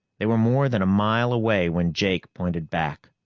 they were more than a mile away when jake pointed back.